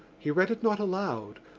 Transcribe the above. he read it not aloud,